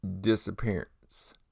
disappearance